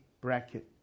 bracket